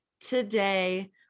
today